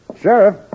Sheriff